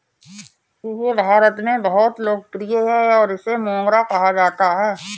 यह भारत में बहुत लोकप्रिय है और इसे मोगरा कहा जाता है